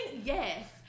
Yes